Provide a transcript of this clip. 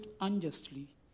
unjustly